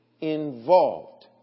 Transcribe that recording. involved